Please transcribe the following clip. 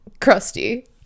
crusty